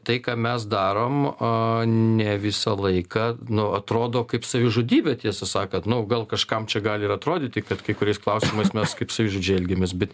tai ką mes darom ne visą laiką nu atrodo kaip savižudybė tiesą sakant nu gal kažkam čia gali ir atrodyti kad kai kuriais klausimais mes kaip savižudžiai elgiamės bet